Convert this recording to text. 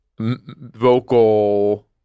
vocal